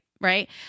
right